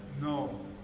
No